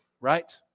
right